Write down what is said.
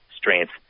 strength